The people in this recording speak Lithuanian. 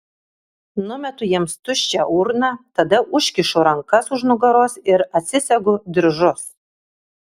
numetu jiems tuščią urną tada užkišu rankas už nugaros ir atsisegu diržus